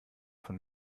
von